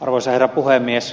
arvoisa herra puhemies